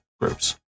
groups